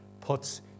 puts